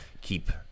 keep